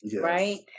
right